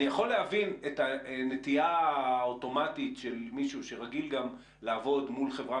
אני יכול להבין את הנטייה האוטומטית של מישהו שרגיל גם לעבוד מול חברה